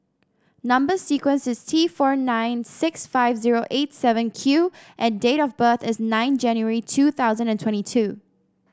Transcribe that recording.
number sequence is T four nine six five zero eight seven Q and date of birth is nine January two thousand and twenty two